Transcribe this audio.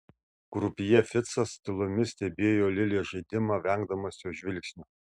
krupjė ficas tylomis stebėjo lilės žaidimą vengdamas jos žvilgsnio